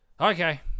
okay